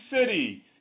City